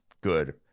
good